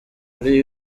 kuri